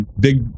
big